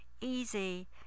easy